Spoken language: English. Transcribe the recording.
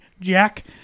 jack